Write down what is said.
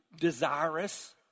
desirous